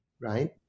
right